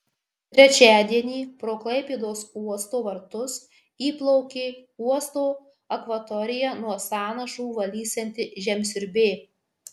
trečiadienį pro klaipėdos uosto vartus įplaukė uosto akvatoriją nuo sąnašų valysianti žemsiurbė